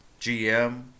GM